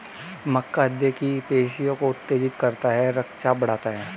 मक्का हृदय की पेशियों को उत्तेजित करता है रक्तचाप बढ़ाता है